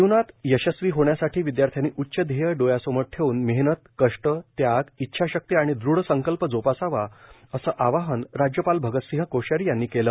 जीवनात यशस्वी होण्यासाठी विद्यार्थ्यांनी उच्च ध्येय डोळ्यासमोर ठेवून मेहनत कष्ट त्याग इच्छाशक्ती आणि दृढ संकल्प जोपासावा असे आवाहन राज्यपाल भगत सिंह कोश्यारी यांनी केले